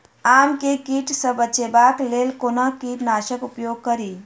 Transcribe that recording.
आम केँ कीट सऽ बचेबाक लेल कोना कीट नाशक उपयोग करि?